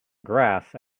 grass